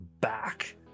back